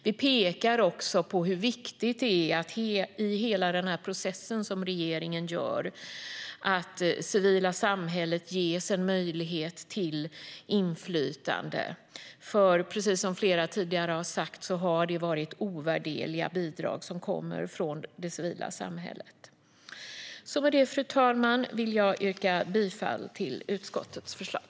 Vi pekar också på hur viktigt det är att det civila samhället ges möjlighet till inflytande i hela den process regeringen genomför, för precis som flera tidigare talare har sagt har det kommit ovärderliga bidrag från det civila samhället. Med det, fru talman, yrkar jag bifall till utskottets förslag.